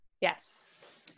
Yes